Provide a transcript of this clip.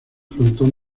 frontón